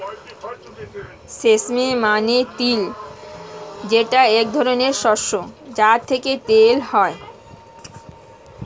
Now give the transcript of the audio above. sesame মানে তিল যেটা এক ধরনের শস্য যা থেকে তেল হয়